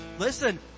Listen